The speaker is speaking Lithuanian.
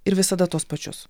ir visada tuos pačius